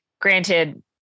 granted